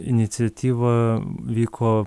iniciatyva vyko